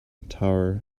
tower